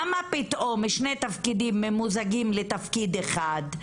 למה פתאום שני תפקידים ממוזגים לתפקיד אחד?